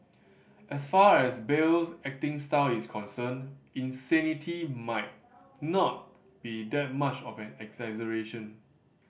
as far as Bale's acting style is concerned insanity might not be that much of an exaggeration